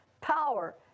power